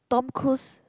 Tom Cruise